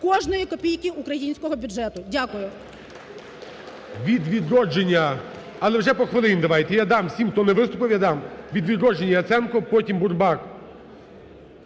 кожної копійки українського бюджету. Дякую.